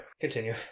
continue